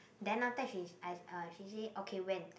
then after that she I uh she say okay when